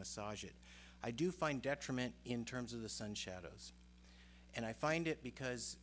massage it i do find detriment in terms of the sun shadows and i find it because